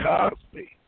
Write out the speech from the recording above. Cosby